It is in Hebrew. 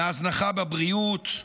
מהזנחה בבריאות,